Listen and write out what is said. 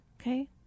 okay